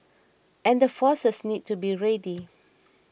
and the forces need to be ready